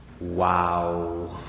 Wow